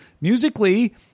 Musically